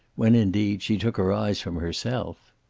when, indeed, she took her eyes from herself.